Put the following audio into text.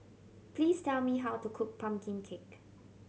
please tell me how to cook pumpkin cake